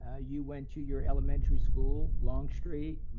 ah you went to your elementary school, longstreet,